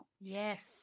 yes